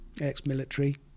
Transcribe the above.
Ex-military